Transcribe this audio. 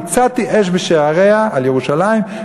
והצתי אש בשעריה" על ירושלים,